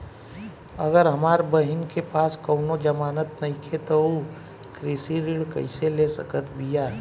अगर हमार बहिन के पास कउनों जमानत नइखें त उ कृषि ऋण कइसे ले सकत बिया?